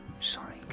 Sorry